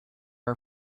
are